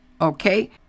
Okay